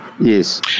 Yes